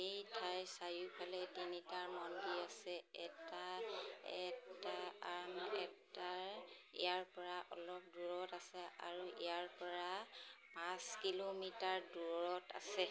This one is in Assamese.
এই ঠাইৰ চাৰিওফালে তিনিটা মন্দিৰ আছে এটা এইটো আৰু এটা ইয়াৰপৰা অলপ দূৰত আছে আৰু এটা ইয়াৰপৰা পাঁচ কিলোমিটাৰ দূৰত আছে